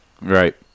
Right